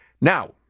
Now